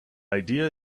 idea